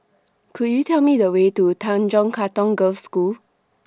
Could YOU Tell Me The Way to Tanjong Katong Girls' School